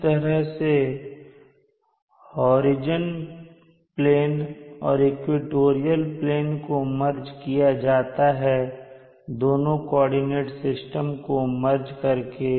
इस तरह से होराइजन प्लेन और इक्वेटोरियल प्लेन को मर्ज किया जाता है दोनों कोऑर्डिनेट सिस्टम को मर्ज करके